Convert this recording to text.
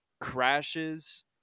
crashes